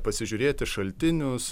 pasižiūrėti šaltinius